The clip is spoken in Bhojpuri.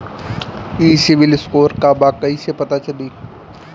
ई सिविल स्कोर का बा कइसे पता चली?